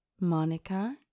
Monica